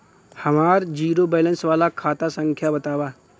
हमार zero balance वाला खाता संख्या वतावा?